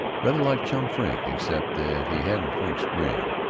rather like chum frink except that he hadn't frink's grin.